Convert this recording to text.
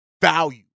value